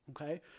Okay